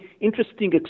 interesting